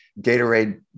Gatorade